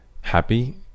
happy